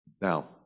Now